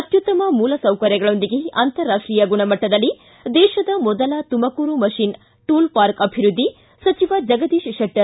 ಅತ್ಯುತ್ತಮ ಮೂಲಸೌಕರ್ಯಗಳೊಂದಿಗೆ ಅಂತಾರಾಷ್ಟೀಯ ಗುಣಮಟ್ಟದಲ್ಲಿ ದೇಶದ ಮೊದಲ ತುಮಕೂರು ಮೆಷಿನ್ ಟೂಲ್ ಪಾರ್ಕ್ ಅಭಿವೃದ್ದಿ ಸಚಿವ ಜಗದೀಶ್ ಶೆಟ್ಟರ್